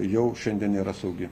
jau šiandien yra saugi